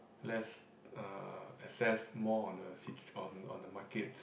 let's uh assess more on the situ~ on on the markets